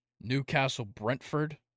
Newcastle-Brentford